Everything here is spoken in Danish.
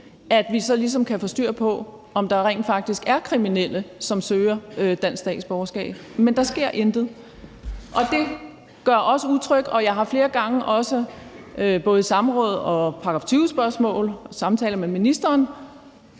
kan vi ligesom få styr på, om der rent faktisk er kriminelle, som søger om dansk statsborgerskab. Men der sker intet, og det gør os utrygge. Jeg har også flere gange både i samråd og med § 20-spørgsmål og ved samtaler med ministeren